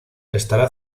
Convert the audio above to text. está